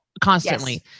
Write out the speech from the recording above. constantly